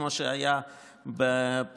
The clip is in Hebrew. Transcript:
כמו שהיה במקור,